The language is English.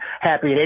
happy